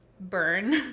burn